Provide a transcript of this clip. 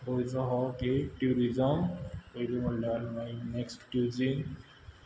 गोंयचो हो एक ट्युरिजम पयलीं म्हणल्यार मागीर नॅक्स्ट क्विझीन